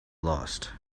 lost